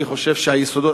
אני חושב שהיסודות,